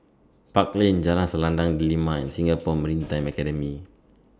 Park Lane Jalan Selendang Delima and Singapore Maritime Academy